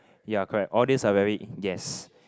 ya correct all these are very yes